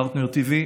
פרטנר tv,